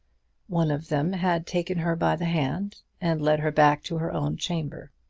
one of them had taken her by the hand and led her back to her own chamber.